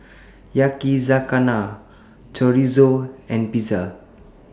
Yakizakana Chorizo and Pizza